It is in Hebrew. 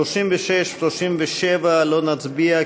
על 36 37 לא נצביע,